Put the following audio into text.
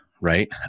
right